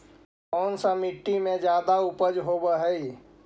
कोन सा मिट्टी मे ज्यादा उपज होबहय?